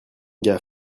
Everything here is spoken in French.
gars